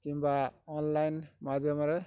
କିମ୍ବା ଅନଲାଇନ୍ ମାଧ୍ୟମରେ